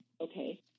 Okay